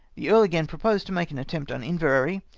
the earl again proposed to make an attempt on inverary,